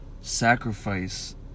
sacrifice